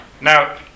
Now